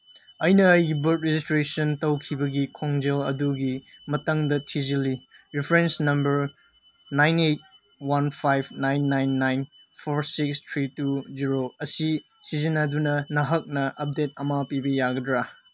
ꯑꯩꯅ ꯑꯩꯒꯤ birth registration ꯇꯧꯈꯤꯕ ꯈꯣꯡꯖꯦꯜ ꯑꯗꯨꯒꯤ ꯃꯇꯥꯡꯗ ꯊꯤꯖꯤꯜꯂꯤ reference number nine eight one five nine nine nine four six three two zero ꯑꯁꯤ ꯁꯤꯖꯤꯟꯅꯗꯨꯅ ꯅꯍꯥꯛꯅ ꯑꯞꯗꯦꯠ ꯑꯃ ꯄꯤꯕ ꯌꯥꯒꯗ꯭ꯔꯥ